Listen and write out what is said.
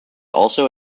also